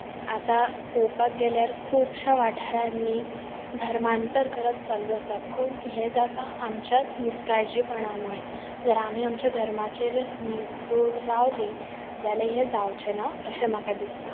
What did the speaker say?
आतां पळोवपाक गेल्यार खुबशां वाठांरानी धर्मांतर करप चालू आसा पूण हे जाता आमच्याच निश्काळजीपणां मुळे जाल्यार आमी आमच्या धर्माचेर निव क्रोड रावली जाल्यार हे जावचेना अशें म्हाका दिसता